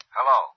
Hello